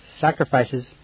sacrifices